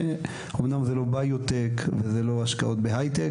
ואמנם זה לא השקעות בהיי-טק,